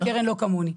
קרן לא כמוני,